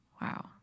Wow